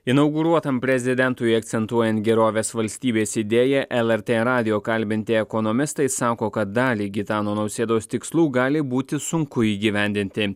inauguruotam prezidentui akcentuojant gerovės valstybės idėją lrt radijo kalbinti ekonomistai sako kad dalį gitano nausėdos tikslų gali būti sunku įgyvendinti